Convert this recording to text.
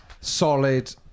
Solid